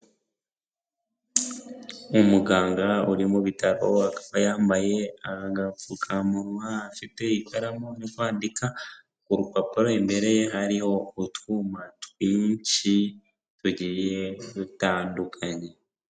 Umuganga uri mu bitaro akaba yambaye agapfukamunwa, afite ikaramu uri kwandika ku rupapuro, imbere ye hariho utwuma twinshi tugiye dutandukanye.